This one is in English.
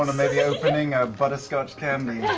and maybe opening a butterscotch candy